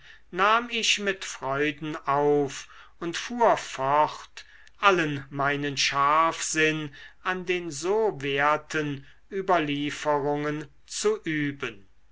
nahm ich mit freuden auf und fuhr fort allen meinen scharfsinn an den so werten überlieferungen zu üben